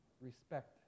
respect